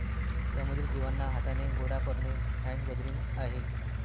समुद्री जीवांना हाथाने गोडा करणे हैंड गैदरिंग आहे